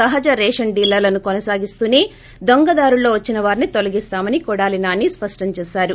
సహజ రేషన్ డీలర్లను కొనసాగిస్తూనే దొంగదారుల్లో వచ్చినవారిని తొలగిస్తామని కొడాలి నాని స్పష్టం చేశారు